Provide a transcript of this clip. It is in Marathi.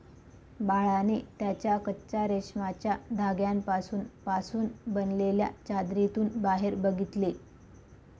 बाळाने त्याच्या कच्चा रेशमाच्या धाग्यांपासून पासून बनलेल्या चादरीतून बाहेर बघितले